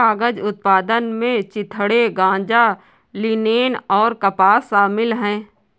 कागज उत्पादन में चिथड़े गांजा लिनेन और कपास शामिल है